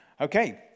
Okay